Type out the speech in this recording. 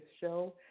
show